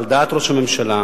על דעת ראש הממשלה,